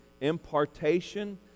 impartation